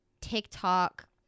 TikTok